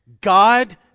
God